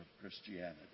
Christianity